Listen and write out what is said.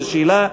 אין שאלה,